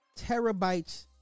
terabytes